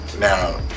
Now